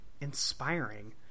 Inspiring